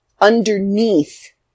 underneath